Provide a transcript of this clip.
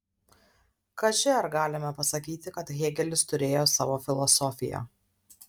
kaži ar galime pasakyti kad hėgelis turėjo savo filosofiją